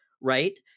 right